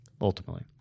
ultimately